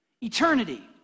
Eternity